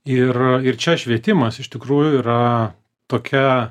ir a ir čia švietimas iš tikrųjų yra tokia